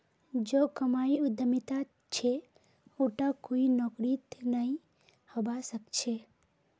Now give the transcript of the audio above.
जो कमाई उद्यमितात छ उटा कोई नौकरीत नइ हबा स ख छ